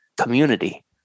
community